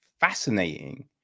fascinating